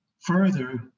further